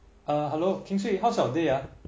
err hello how's your day ah